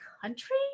country